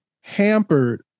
hampered